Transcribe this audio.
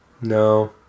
No